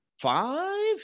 five